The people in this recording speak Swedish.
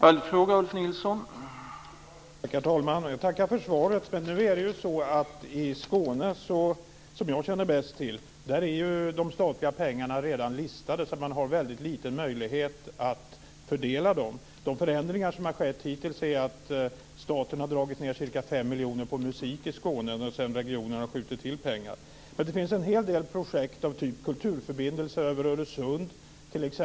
Herr talman! Jag tackar för svaret. Men i Skåne - som jag känner bäst till - är de statliga pengarna redan listade. Man har därför väldigt liten möjlighet att fördela dem. De förändringar som hittills har skett är att staten har dragit ned ca 5 miljoner på musik i Skåne så att regionen har fått skjuta till pengar. Det finns en hel del projekt, t.ex. kulturförbindelser över Öresund.